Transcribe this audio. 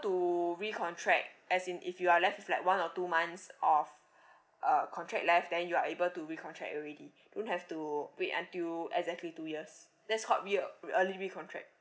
to re-contract as in if you are left with like one or two months of uh contract left then you are able to re-contract already don't have to wait until exactly two years that's called re~ early re-contract